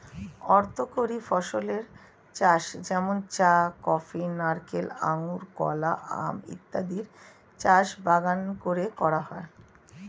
অর্থকরী ফসলের চাষ যেমন চা, কফি, নারিকেল, আঙুর, কলা, আম ইত্যাদির চাষ বাগান করে করা হয়